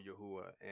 Yahuwah